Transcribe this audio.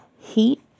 heat